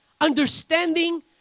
Understanding